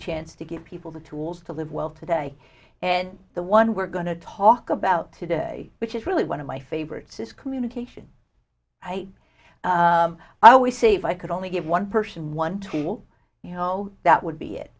chance to give people the tools to live well today and the one we're going to talk about today which is really one of my favorites is communication i always say if i could only get one person one to you know that would be it